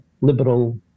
liberal